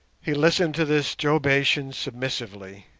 he listened to this jobation submissively,